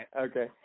Okay